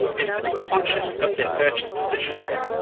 is to be conscious of their purchase decisions,